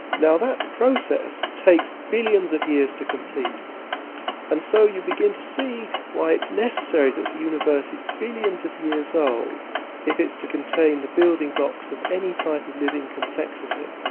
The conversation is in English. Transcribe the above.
that process takes billions of years to complete and so you begin to see why it's necessary that the universe is billions of years old if it's to contain the building blocks of any type of living complexity.